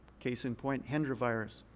case in point, hendra virus,